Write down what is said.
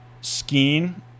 skiing